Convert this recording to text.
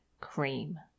cream